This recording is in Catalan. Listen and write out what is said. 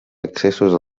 accessos